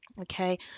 Okay